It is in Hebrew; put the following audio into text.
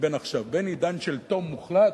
לבין עכשיו, בין עידן שלטון מוחלט,